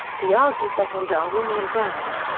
he argued that on darwinian grounds,